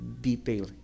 detail